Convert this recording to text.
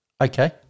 Okay